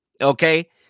Okay